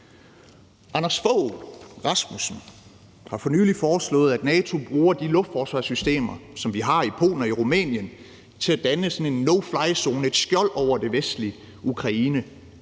Anders Fogh Rasmussen har for nylig foreslået, at NATO bruger de luftforsvarssystemer, som vi har i Polen og i Rumænien, til at danne sådan en no-fly-zone, et skjold, over det vestlige Ukraine,